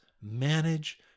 manage